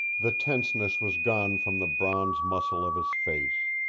the tenseness was gone from the bronze muscles of his face.